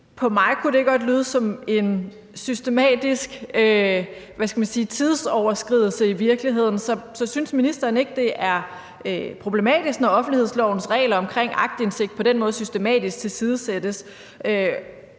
som – hvad skal man sige – en systematisk tidsoverskridelse. Så synes ministeren ikke, det er problematisk, når offentlighedslovens regler omkring aktindsigt på den måde systematisk tilsidesættes?